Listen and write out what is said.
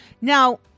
Now